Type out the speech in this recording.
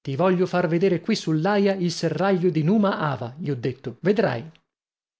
ti voglio far vedere qui sull'aia il serraglio di numa hava gli ho detto vedrai